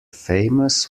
famous